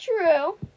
True